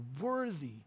worthy